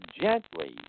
gently